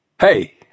Hey